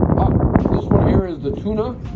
ah this one here is the tuna